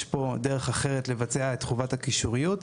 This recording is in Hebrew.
פה דרך אחרת לבצע את חובת הקישוריות,